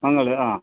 ಅಂಗಾಲು ಹಾಂ